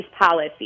policy